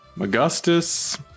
Augustus